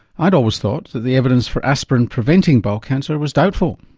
i'd always thought that the evidence for aspirin preventing bowel cancer was doubtful.